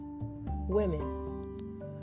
women